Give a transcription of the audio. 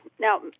Now